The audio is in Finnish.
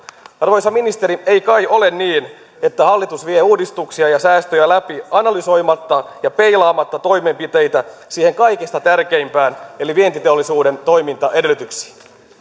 arvoisa ministeri ei kai ole niin että hallitus vie uudistuksia ja säästöjä läpi analysoimatta ja peilaamatta toimenpiteitä siihen kaikista tärkeimpään eli vientiteollisuuden toimintaedellytyksiin